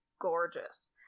gorgeous